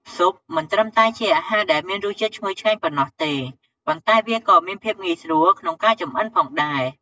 ស៊ុបមិនត្រឹមតែជាអាហារដែលមានរសជាតិឈ្ងុយឆ្ងាញ់ប៉ុណ្ណោះទេ ប៉ុន្តែវាក៏មានភាពងាយស្រួលក្នុងការចម្អិនផងដែរ។